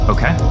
Okay